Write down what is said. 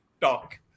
talk